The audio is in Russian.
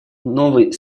новой